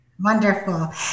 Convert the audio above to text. Wonderful